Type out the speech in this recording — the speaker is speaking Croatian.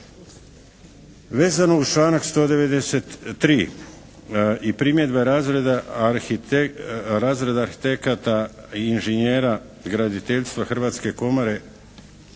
Vezano uz članak 193. i primjedbe razreda arhitekata, inžinjera graditeljstva Hrvatske komore